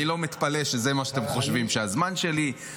אני לא מתפלא שזה מה שאתם חושבים שזה הזמן שלי,